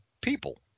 people